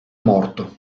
morto